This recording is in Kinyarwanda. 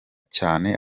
cyane